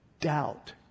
doubt